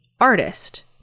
artist